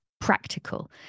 practical